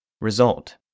Result